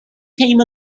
came